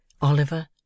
Oliver